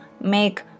make